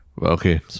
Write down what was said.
Okay